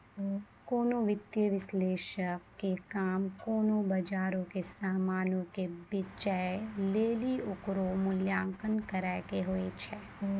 कोनो वित्तीय विश्लेषक के काम कोनो बजारो के समानो के बेचै लेली ओकरो मूल्यांकन करै के होय छै